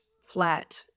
flat